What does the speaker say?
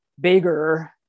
bigger